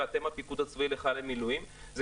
ואתם הפיקוד הצבאי לחיילי מילואים זה